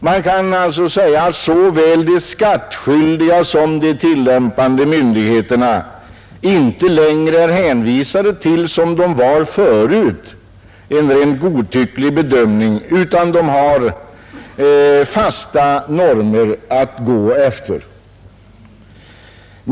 Man kan alltså säga att såväl de tillämpande myndigheterna som de skattskyldiga inte längre som de var förut är hänvisade till en rent godtycklig bedömning utan har fasta normer att följa.